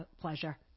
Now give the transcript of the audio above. pleasure